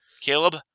Caleb